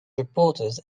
reporters